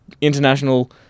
international